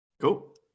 Cool